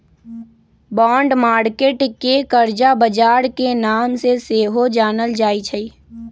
bond market के करजा बजार के नाम से सेहो जानल जाइ छइ